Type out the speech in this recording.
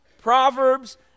Proverbs